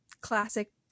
classic